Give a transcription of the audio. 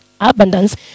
abundance